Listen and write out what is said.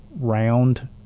round